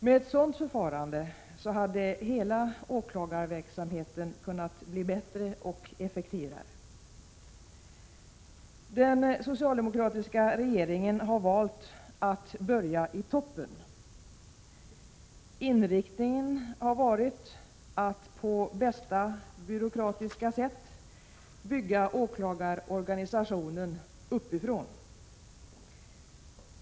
Med ett sådant förfarande hade hela åklagarverksamheten kunnat bli bättre och effektivare. Den socialdemokratiska regeringen har valt att börja i toppen. Inriktningen har varit att på bästa byråkratiska sätt bygga åklagarorganisationen uppifrån.